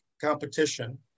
competition